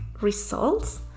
results